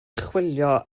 chwilio